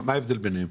מה ההבדל ביניהם?